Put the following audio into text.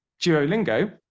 Duolingo